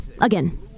again